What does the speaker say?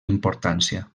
importància